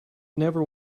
never